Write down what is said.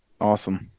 Awesome